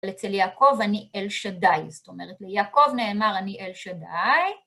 אצל יעקב אני אל שדי, זאת אומרת, ליעקב נאמר אני אל שדי.